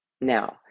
Now